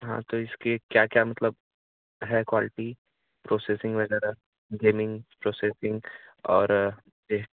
हाँ तो इसके क्या क्या मतलब है क्वालिटी प्रोसेसिंग वगैग़ैरह गेमिंग प्रोसेसिंग और यह